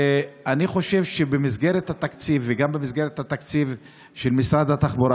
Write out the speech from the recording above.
אני חושב שבמסגרת התקציב וגם במסגרת התקציב של משרד התחבורה,